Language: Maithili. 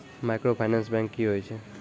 माइक्रोफाइनांस बैंक की होय छै?